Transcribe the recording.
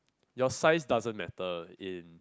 your size doesn't matter in